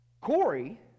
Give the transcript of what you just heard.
Corey